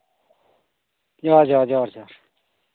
ᱡᱚᱦᱟᱨ ᱡᱚᱦᱟᱨ ᱡᱚᱦᱟᱨ ᱡᱚᱦᱟᱨ